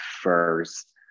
first